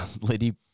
Liddy